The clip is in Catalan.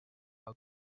blau